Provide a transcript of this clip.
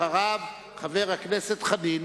אחריו, חבר הכנסת חנין.